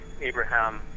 Abraham